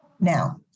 Now